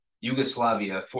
Yugoslavia